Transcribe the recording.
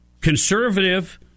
conservative